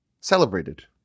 celebrated